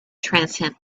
transcend